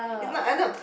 it's like